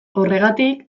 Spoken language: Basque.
horregatik